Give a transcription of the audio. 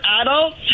adults